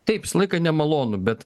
taip visą laiką nemalonu bet